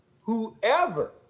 Whoever